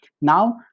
Now